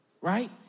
Right